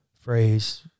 phrase